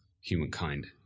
humankind